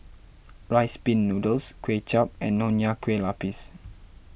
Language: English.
Rice Pin Noodles Kway Chap and Nonya Kueh Lapis